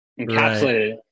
encapsulated